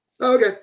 Okay